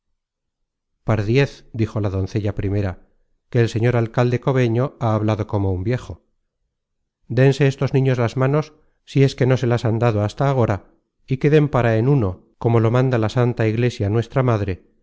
par diez dijo la doncella primera que el señor alcalde cobeño ha hablado como un viejo dénse estos niños las manos si es que no se las han dado hasta agora y queden para en uno como lo manda la santa iglesia nuestra madre